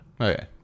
Okay